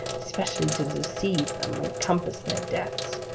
specially to deceive them and compass their deaths.